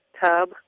tub